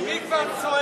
אחרת לא שומעים אותי.